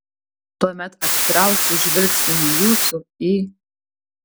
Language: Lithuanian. tuomet atitrauksiu žvilgsnį nuo jūsų į